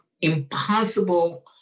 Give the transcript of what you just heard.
impossible